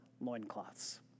loincloths